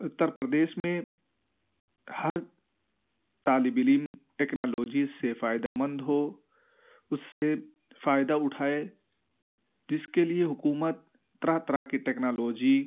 اتّر پردیس میں ہر طالب علم ٹیکنالوجی سے فائدہ مند ہو اس سے فائدہ اٹھائے جس کے لئے حکومت طرح طرح کی ٹیکنالوجی